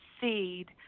seed